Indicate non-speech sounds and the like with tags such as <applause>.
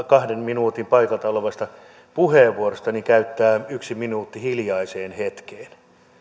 <unintelligible> kahden minuutin puheenvuorostani käyttää yksi minuutti hiljaiseen hetkeen